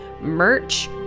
merch